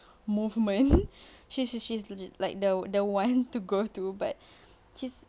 movement she she she's legit like the the one to go to but she's